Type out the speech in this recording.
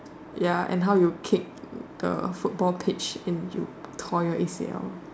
ya and how you kick the football pitch and you tore your A_C_L